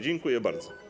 Dziękuję bardzo.